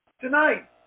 Tonight